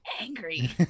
angry